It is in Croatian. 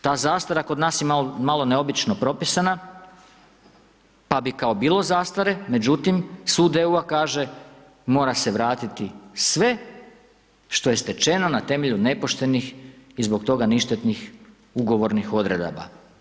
Ta zastara kod nas je malo neobično propisana, pa bi kao bilo zastare, međutim, sud EU-a kaže, mora se vratiti sve što je stečeno na temelju nepoštenih i zbog toga ništetnih ugovornih odredaba.